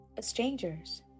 strangers